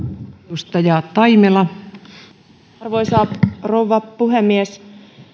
arvoisa rouva puhemies